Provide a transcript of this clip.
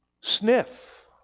sniff